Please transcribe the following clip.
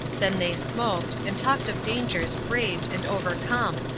then they smoked, and talked of dangers braved and overcome,